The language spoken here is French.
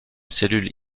cellules